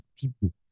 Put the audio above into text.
people